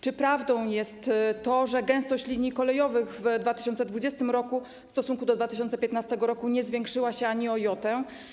Czy prawdą jest to, że gęstość linii kolejowych w 2020 r. w stosunku do 2015 r. nie zwiększyła się ani o jotę?